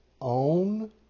own